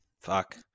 Fuck